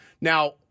Now